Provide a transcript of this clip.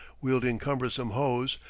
wielding cumbersome hoes,